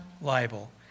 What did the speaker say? liable